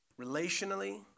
relationally